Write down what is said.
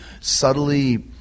subtly